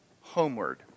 homeward